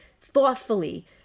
thoughtfully